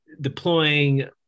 deploying